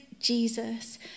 Jesus